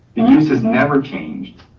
the use has never changed.